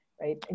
right